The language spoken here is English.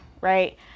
right